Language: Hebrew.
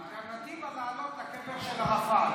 האלטרנטיבה היא לעלות לקבר של ערפאת?